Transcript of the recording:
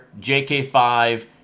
JK5